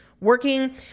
working